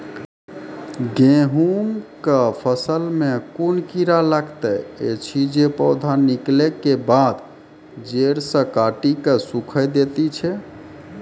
गेहूँमक फसल मे कून कीड़ा लागतै ऐछि जे पौधा निकलै केबाद जैर सऽ काटि कऽ सूखे दैति छै?